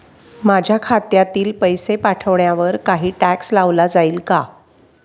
माझ्या खात्यातील पैसे पाठवण्यावर काही टॅक्स लावला जाईल का?